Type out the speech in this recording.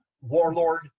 warlord